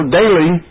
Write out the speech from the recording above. daily